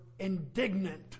indignant